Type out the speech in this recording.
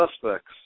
suspects